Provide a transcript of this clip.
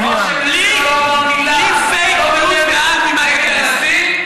ראש הממשלה לא אמר מילה נגד הנשיא.